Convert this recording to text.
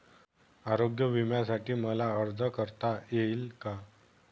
आरोग्य विम्यासाठी मला अर्ज करता येईल का?